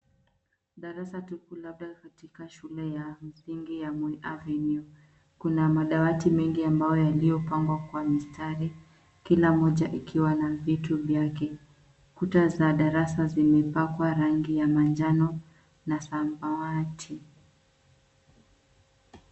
Darasa tupu labda katika shule ya msingi ya Moi Avenue. Kuna madawati mengi ambayo yamepangwa kwa mistari, kila moja likiwa na vitu vyake. Kuta za darasa zimepakwa rangi ya manjano na samawati.